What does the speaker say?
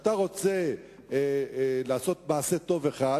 כשאתה רוצה לעשות מעשה טוב אחד,